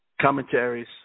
Commentaries